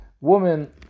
Woman